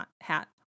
hat